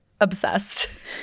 obsessed